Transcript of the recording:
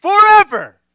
Forever